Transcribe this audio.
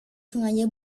sengaja